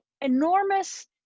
enormous